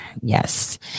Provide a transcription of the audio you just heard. Yes